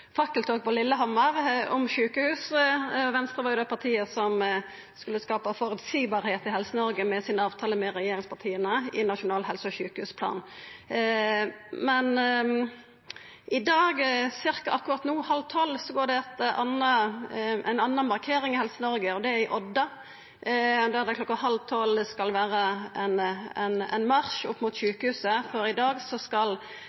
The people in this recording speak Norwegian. fakkeltog på Lillehammer om sjukehus. Venstre var jo det partiet som skulle skapa føreseielegheit i Helse-Noreg med sin avtale med regjeringspartia i Nasjonal helse- og sjukehusplan, men i dag, omtrent no, kl. 11.30, pågår det ei anna markering i Helse-Noreg. Det er i Odda, der det kl. 11.30 skal vera ein marsj opp mot sjukehuset, for i dag skal